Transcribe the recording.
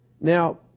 Now